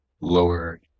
lower